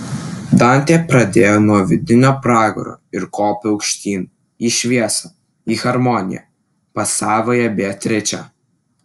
dantė pradėjo nuo vidinio pragaro ir kopė aukštyn į šviesą į harmoniją pas savąją beatričę